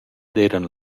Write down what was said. d’eiran